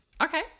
Okay